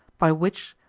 by which,